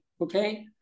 okay